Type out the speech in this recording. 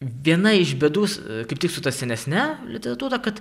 viena iš bėdų s kaip tik su ta senesne literatūra kad